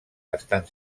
estan